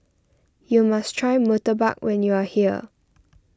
you must try Murtabak when you are here